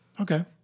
Okay